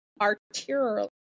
arterial